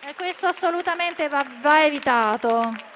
va assolutamente evitato!